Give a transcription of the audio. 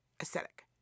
Aesthetic